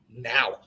Now